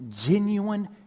genuine